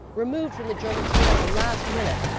removed from the german team at the last minute,